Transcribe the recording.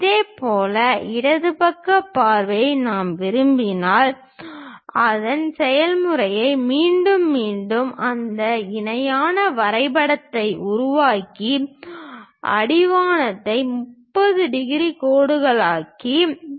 இதேபோல் இடது பக்க பார்வையை நாம் விரும்பினால் அதே செயல்முறையை மீண்டும் மீண்டும் அந்த இணையான வரைபடத்தை உருவாக்கி அடிவானத்தை 30 டிகிரி கோட்டாக ஆக்குகிறோம்